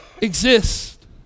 exist